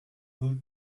who